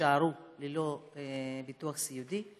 יישארו ללא ביטוח סיעודי,